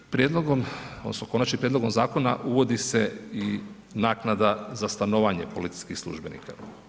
Ovim prijedlogom odnosno Konačnim prijedlogom zakona uvodi se i naknada za stanovanje policijskih službenika.